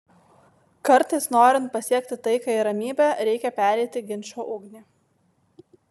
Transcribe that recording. kartais norint pasiekti taiką ir ramybę reikia pereiti ginčo ugnį